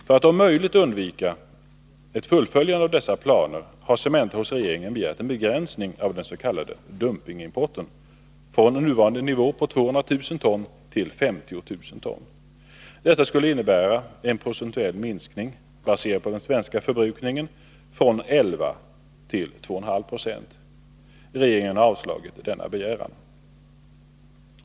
För att om möjligt undvika ett fullföljande av dessa planer har Cementa hos regeringen begärt en begränsning av dens.k. dumpingimporten från den nuvarande nivån på 200 000 ton till 50 000 ton. Detta skulle innebära en procentuell minskning, baserad på den svenska förbrukningen, från 11 till 2,5 Jo. Regeringen har avslagit denna begäran.